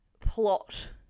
plot